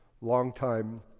longtime